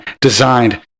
designed